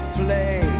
play